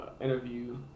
interview